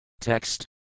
Text